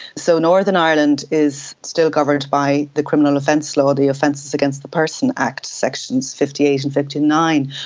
so northern ireland is still governed by the criminal offence law, the offences against the person act, sections fifty eight and fifty nine,